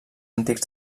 antics